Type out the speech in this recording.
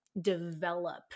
develop